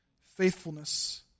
faithfulness